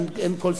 אין כל ספק,